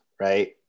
right